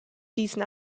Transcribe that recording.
diesen